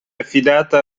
affidata